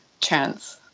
chance